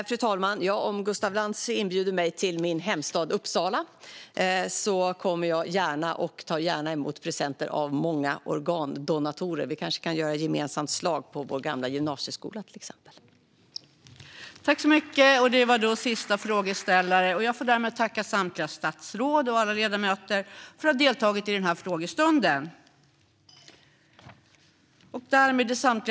Fru talman! Om Gustaf Lantz bjuder in mig till min hemstad Uppsala kommer jag gärna, och jag tar gärna emot presenter av många organdonatorer. Vi kanske kan göra gemensam sak på vår gamla gymnasieskola till exempel.